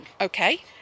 Okay